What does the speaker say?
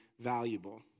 valuable